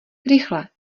rychle